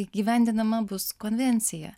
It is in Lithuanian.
įgyvendinama bus konvencija